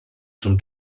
zum